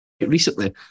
recently